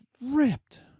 ripped